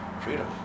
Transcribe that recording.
Freedom